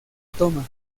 toma